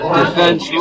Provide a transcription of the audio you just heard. defense